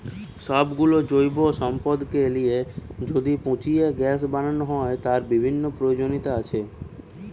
সব গুলো জৈব সম্পদকে লিয়ে যদি পচিয়ে গ্যাস বানানো হয়, তার বিভিন্ন প্রয়োজনীয়তা আছে